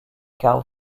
karl